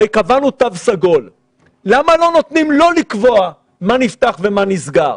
הרי קבענו תו סגול ולמה לא נותנים לו לקבוע מה נפתח ומה נסגר?